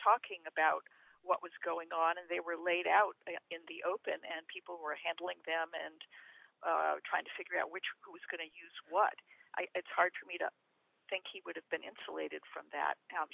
talking about what was going on and they were laid out in the open and people were handling them and trying to figure out which who was going to use what it's hard for me to think he would have been insulated from that